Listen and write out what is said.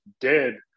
dead